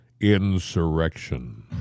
insurrection